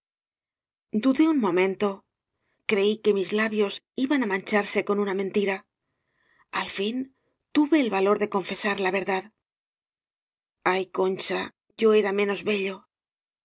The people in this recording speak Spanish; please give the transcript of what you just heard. florisel dudé un momento creí que mis labios iban á mancharse con una mentira al fin tuve el valor de confesar la verdad ay concha yo era menos bello